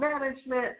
management